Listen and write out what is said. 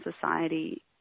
society